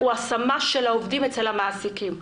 השמה של העובדים אצל המעסיקים.